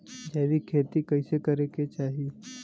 जैविक खेती कइसे करे के चाही?